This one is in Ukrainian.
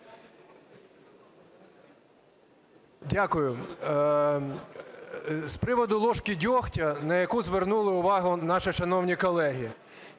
Дякую. З приводу ложки дьогтю, на яку звернули увагу наші шановні колеги.